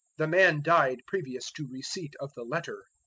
the man died previous to receipt of the letter.